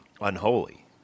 Unholy